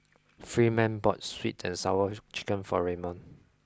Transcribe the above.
freeman bought sweet and sour chicken for Raymon